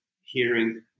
hearing